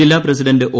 ജില്ലാ president O